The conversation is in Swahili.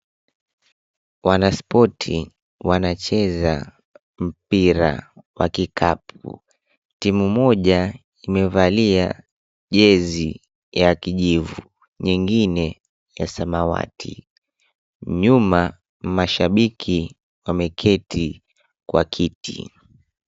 Wanaspoti wanacheza mpira wa kikapu, timu moja imevalia jezi ya kijivu, nyengine ya samawati, nyuma mashabiki wameketi kwa kiti.